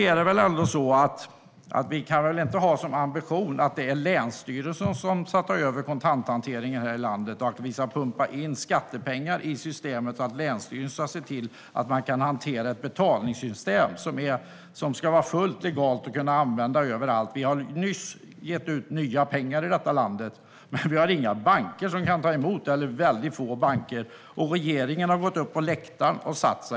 Vi kan väl ändå inte ha som ambition att det är länsstyrelsen som ska ta över kontanthanteringen här i landet och att vi ska pumpa in skattepengar i systemet så att länsstyrelserna kan se till att man kan hantera ett betalningssystem som ska vara fullt legalt och kunna användas överallt. Vi har nyss gett ut nya pengar i det här landet, men vi har inga - eller väldigt få - banker som kan ta emot dem. Regeringen har gått upp och satt sig på läktaren.